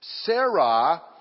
Sarah